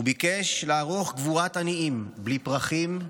הוא ביקש לערוך קבורת עניים, 'בלי פרחים,